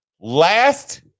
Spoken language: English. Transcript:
last